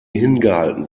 hingehalten